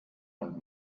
und